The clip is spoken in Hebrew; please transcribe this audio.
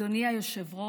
אדוני היושב-ראש,